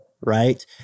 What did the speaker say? right